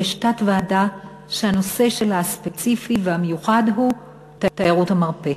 יש תת-ועדה שהנושא הספציפי והמיוחד שלה הוא תיירות המרפא,